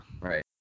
Right